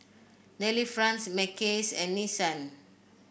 Delifrance Mackays and Nissan